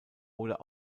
oder